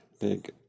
big